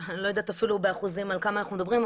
אני לא יודעת אפילו באחוזים על כמה אנחנו מדברים,